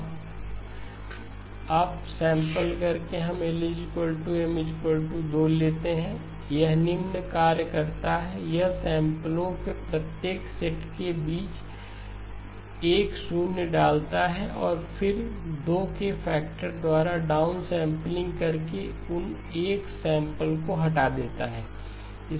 अब upsampling करके हम L M 2 लेते हैं यह निम्न कार्य करता है यह सैंपलो के प्रत्येक सेट के बीच 1 शून्य डालता है और फिर 2 के फैक्टर द्वारा डाउन सैंपलिंग करके उन 1 सैंपल को हटा देता है